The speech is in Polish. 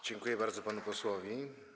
Dziękuję bardzo panu posłowi.